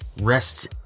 rest